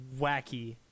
wacky